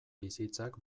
bizitzak